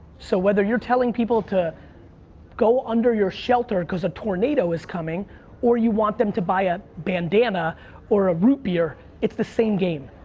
so, whether you're telling people to go under your shelter cuz a tornado is coming or you want them to buy a bandana or a root beer, it's the same game.